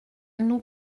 nous